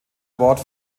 wort